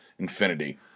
Infinity